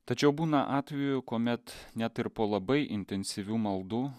tačiau būna atvejų kuomet net ir po labai intensyvių maldų